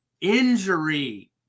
injury